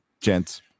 gents